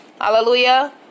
Hallelujah